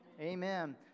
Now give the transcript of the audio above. Amen